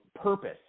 purpose